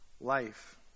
life